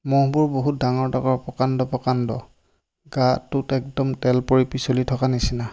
ম'হবোৰ বহুত ডাঙৰ ডাঙৰ প্ৰকাণ্ড প্ৰকাণ্ড গাটোত একদম তেল পৰি পিচলি থকাৰ নিচিনা